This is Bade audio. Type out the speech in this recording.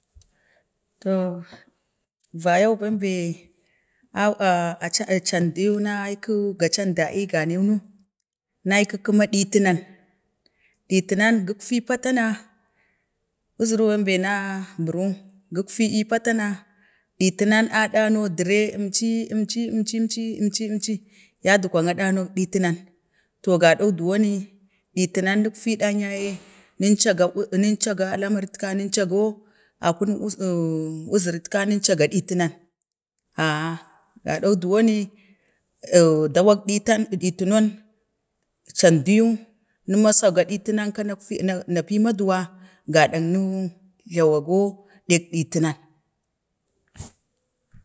To vayan bembe aci canduyu naku ga canda ii ganen no nalku kuma ɗitinan, ɗitinan gigtee pata na uziru beembe na buru, giffi patana ɗitinan aɗano dare əmci, əmci, əmci əmci əmci gadgwa əahen ditinan, to ga ɗo do wani ditinan rikti ɗan ye yen chaka ənega lamarit ka nin cago akunik lamerit ka nan eega diten, aa hh, ga do du wani dawak ɗitan ɗitinon, candayu, naəm masu ɗitinan ka na pi maduwa gaɗa nu gla wago dik ɗitinan